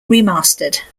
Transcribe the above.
remastered